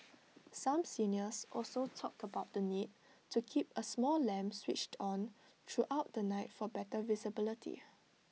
some seniors also talked about the need to keep A small lamp switched on throughout the night for better visibility